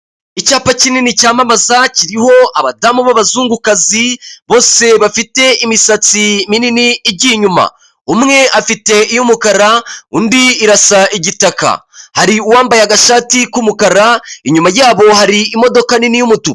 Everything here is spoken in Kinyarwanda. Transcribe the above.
Icyapa kinini cyamamaza kiriho abadamu b'abazungukazi, bose bafite imisatsi minini igiye inyuma, umwe afite iy'umukara undi irasa igitaka, hari uwambaye agashati k'umukara inyuma yabo hari imodoka nini y'umutuku.